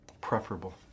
preferable